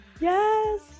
yes